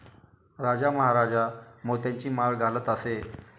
राजा महाराजा मोत्यांची माळ घालत असे